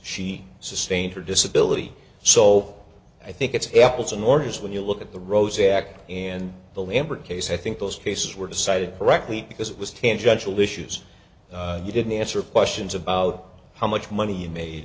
she sustained her disability so i think it's apples and oranges when you look at the rosie act and the lambert case i think those cases were decided correctly because it was tangential issues you didn't answer questions about how much money